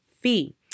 fee